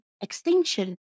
extinction